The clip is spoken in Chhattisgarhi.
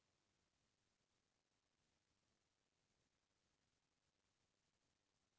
बियासी के करे ले धान के फसल ह बने जोरदार होथे